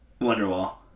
Wonderwall